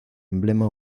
emblema